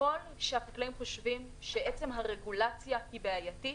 ככל שהחקלאים חושבים שעצם הרגולציה היא בעייתית